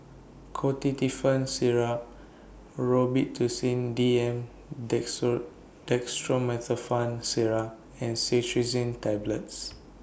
Ketotifen Syrup Robitussin D M Dextromethorphan Syrup and Cetirizine Tablets